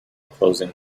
closing